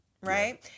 right